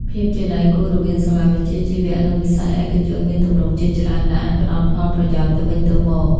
ភាពជាដៃគូរវាងសាលាវិជ្ជាជីវៈ និងវិស័យឯកជនមានទម្រង់ជាច្រើនដែលអាចផ្តល់ផលប្រយោជន៍ទៅវិញទៅមក។